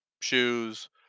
shoes